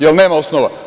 Jel nema osnova?